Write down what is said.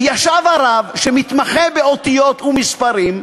וישב הרב, שמתמחה באותיות ומספרים,